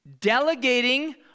Delegating